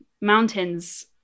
mountains